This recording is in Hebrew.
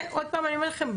עוד פעם אני אומרת לכם,